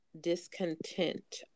discontent